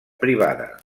privada